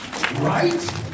Right